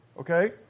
okay